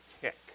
tick